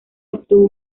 obtuvo